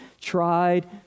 tried